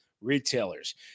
retailers